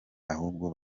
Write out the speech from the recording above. ahubwo